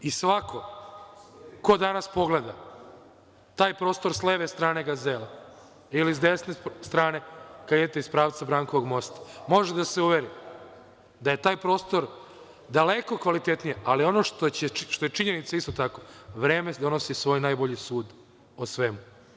Svako ko danas pogleda taj prostor sa leve strane Gazele ili sa desne strane, kada idete iz pravca Brankovog mosta može da se uveri da je taj prostor daleko kvalitetniji, ali ono što je činjenica isto tako, vreme donosi svoj najbolji sud o svemu.